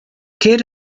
kidd